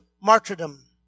martyrdom